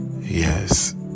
Yes